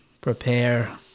prepare